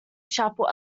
shuffle